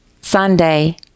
Sunday